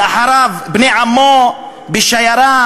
ואחריו בני עמו בשיירה,